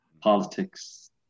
politics